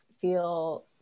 feel